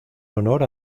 honor